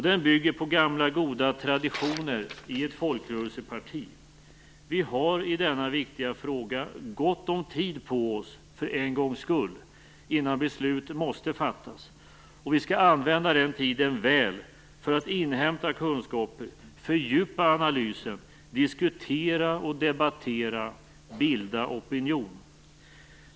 Den bygger på gamla goda traditioner i ett folkrörelseparti. Vi har för en gångs skull gott om tid på oss i denna viktiga fråga innan beslut måste fattas. Vi skall använda den tiden väl för att inhämta kunskaper, fördjupa analysen, diskutera, debattera och bilda opinion.